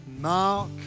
mark